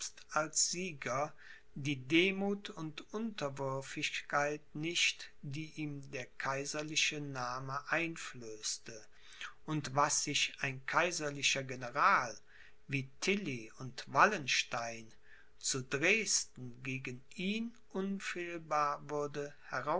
als sieger die demuth und unterwürfigkeit nicht die ihm der kaiserliche name einflößte und was sich ein kaiserlicher general wie tilly und wallenstein zu dresden gegen ihn unfehlbar würde